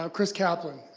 um chris caplin.